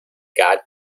guard